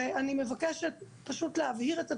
אני מבקשת פשוט להבהיר את הדברים,